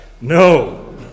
No